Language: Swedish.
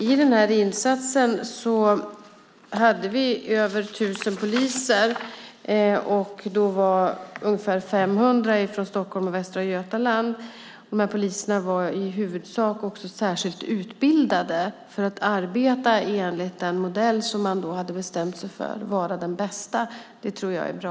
I insatsen deltog över tusen poliser. Ungefär 500 av dem var från Stockholm och Västra Götaland. Poliserna var i huvudsak särskilt utbildade för att arbeta enligt den modell som man hade bestämt sig för skulle vara den bästa. Det tror jag var bra.